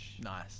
Nice